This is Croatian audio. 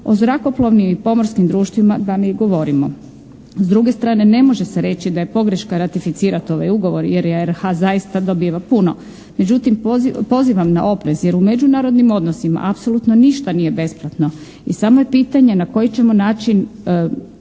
O zrakoplovnim i pomorskim društvima da ne govorimo. S druge strane, ne može se reći da je pogreška ratificirati ovaj ugovor jer RH zaista dobiva puno. Međutim, pozivam na oprez jer u međunarodnim odnosima apsolutno ništa nije besplatno i samo je pitanje na koji ćemo način